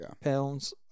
pounds